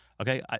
okay